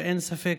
אין ספק,